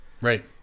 Right